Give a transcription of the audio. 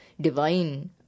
divine